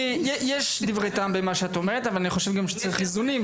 יש דברי טעם במה שאת אומרת אבל אני חושב שגם צריך איזונים.